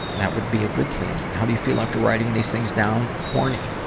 that would be a good thing. how do you feel after writing these things down? horny.